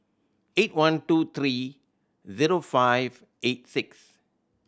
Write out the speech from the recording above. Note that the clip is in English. eight one two three zero five eight six